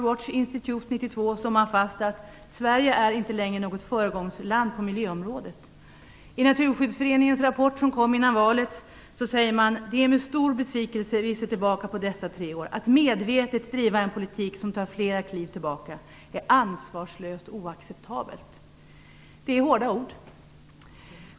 World Watch Institute slog fast 1992 att Sverige inte längre är föregångsland på miljöområdet. Av Naturskyddsföreningens rapport, som kom innan valet, framgår det att föreningen ser med stor besvikelse tillbaka på de tre senaste åren. Föreningen anser att ett medvetet drivande av en politik som tar flera kliv tillbaka är ansvarslöst och oacceptabelt. Det är hårda ord.